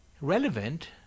relevant